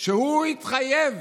שהתחייב